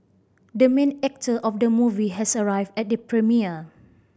the main actor of the movie has arrived at the premiere